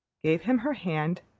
gave him her hand,